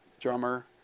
Drummer